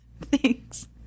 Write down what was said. Thanks